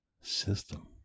System